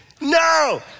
No